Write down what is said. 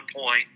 point